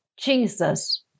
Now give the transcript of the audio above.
Jesus